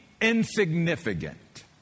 insignificant